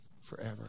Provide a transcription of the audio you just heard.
forever